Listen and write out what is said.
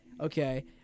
Okay